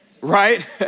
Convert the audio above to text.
Right